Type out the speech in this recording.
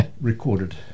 recorded